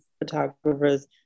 photographers